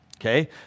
Okay